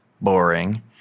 boring